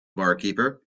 barkeeper